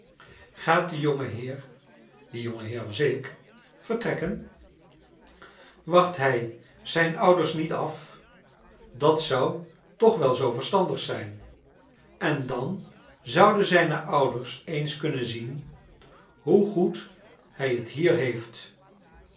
gaat de jongenheer die jongenheer was ik vertrekken wacht hij zijn ouders niet af dat zou toch wel zoo verstandig zijn en dan zouden zijne ouders eens kunnen zien hoe goed hij het hier heeft